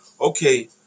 okay